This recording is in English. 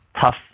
tough